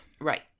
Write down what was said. right